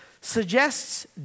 suggests